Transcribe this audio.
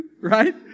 right